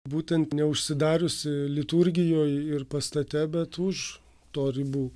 būtent neužsidariusi liturgijoj ir pastate bet už to ribų